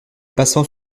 passants